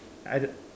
I d~